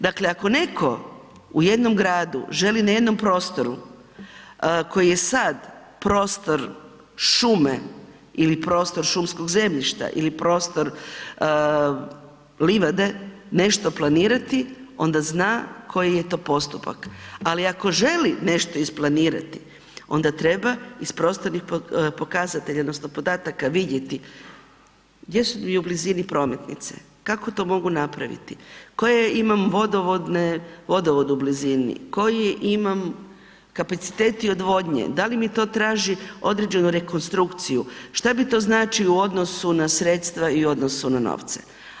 Dakle ako neko u jednom gradu želi na jednom prostoru koji je sad prostor šume ili prostor šumskog zemljišta ili prostor livade, nešto planirati onda zna koji je to postupak, ali ako želi nešto isplanirati onda treba iz prostornih pokazatelja odnosno podataka vidjeti gdje su u blizini prometnice, kako to mogu napraviti, koje imam vodovodne, vodovod u blizini, koje imam kapaciteti odvodnje, da li mi to traži određenu rekonstrukciju, šta mi to znači u odnosu na sredstva i u odnosu na novce.